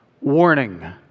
warning